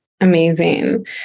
Amazing